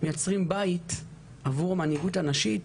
מייצרים בית עבור המנהיגות הנשית,